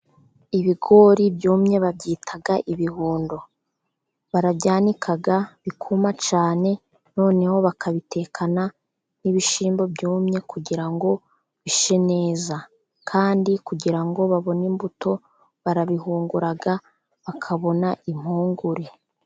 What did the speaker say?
Ibigori byumye babyita ibihundo. Barabyanika bikuma cyane, noneho bakabitekana n'ibishyimbo byumye, kugira ngo bishe neza. Kandi kugira ngo babone imbuto barabihungura, bakabona impungure.